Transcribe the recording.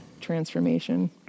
transformation